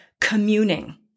communing